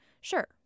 sure